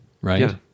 right